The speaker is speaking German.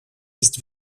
ist